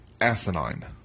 asinine